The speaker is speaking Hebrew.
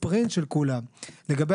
אולי